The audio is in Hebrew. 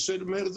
ושל מרצ,